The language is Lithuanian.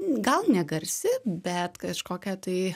gal negarsi bet kažkokia tai